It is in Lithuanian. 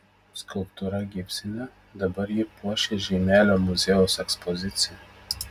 skulptūra gipsinė dabar ji puošia žeimelio muziejaus ekspoziciją